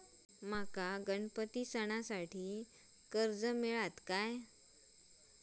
माका गणपती सणासाठी कर्ज मिळत काय?